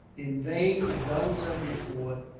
in vain the guns of the fort,